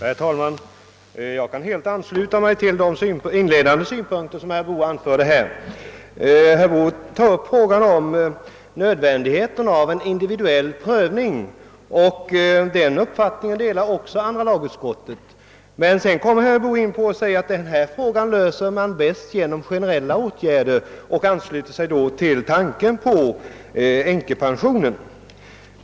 Herr talman! Jag kan helt ansluta mig till de inledande synpunkter som herr Boo anförde. Han pekade ju bl.a. på nödvändigheten av en individuell prövning, och hans uppfattning därvidlag delar andra lagutskottet. Herr Boo sade emellertid sedan att denna fråga bäst löses genom generella åtgärder, och han anknöt till reglerna för änkepensioneringen.